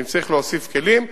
ואם צריך להוסיף כלים,